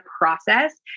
process